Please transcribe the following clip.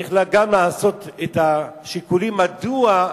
צריך גם לעשות את השיקולים, מדוע,